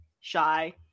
shy